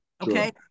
Okay